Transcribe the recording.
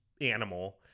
animal